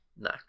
No